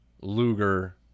Luger